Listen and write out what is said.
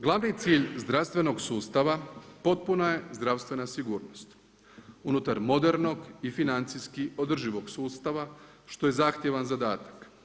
Glavni cilj zdravstvenog sustava potpuna je zdravstvena sigurnost unutar modernog i financijski održivog sustava što je zahtjevan zadatak.